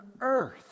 earth